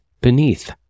beneath